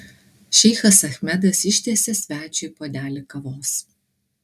šeichas achmedas ištiesia svečiui puodelį kavos